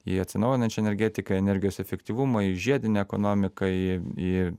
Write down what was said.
į atsinaujinančią energetiką energijos efektyvumą į žiedinę ekonomiką į į